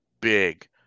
big